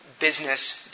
business